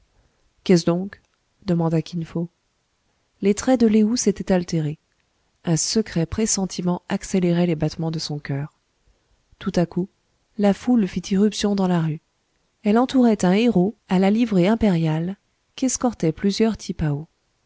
qu'est-ce donc demanda kin fo les traits de lé ou s'étaient altérés un secret pressentiment accélérait les battements de son coeur tout à coup la foule fit irruption dans la rue elle entourait un héraut à la livrée impériale qu'escortaient plusieurs tipaos